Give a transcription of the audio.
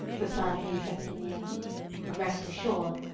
replied the intrepid emir but rest assured,